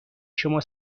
شما